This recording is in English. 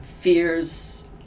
fears